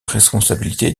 responsabilité